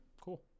cool